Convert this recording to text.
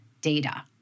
data